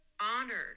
honored